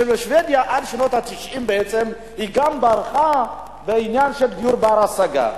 עד שנות ה-90 גם שבדיה ברחה מהעניין של דיור בר-השגה.